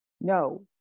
No